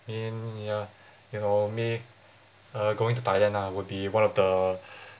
mean ya you know me uh going to thailand ah would be one of the